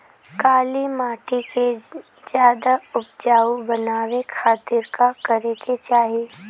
काली माटी के ज्यादा उपजाऊ बनावे खातिर का करे के चाही?